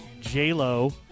J-Lo